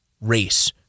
race